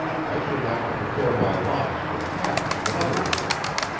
i should have to prepare my lines for attack from another direction.